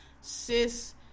cis